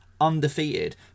undefeated